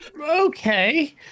Okay